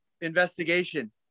investigation